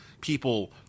people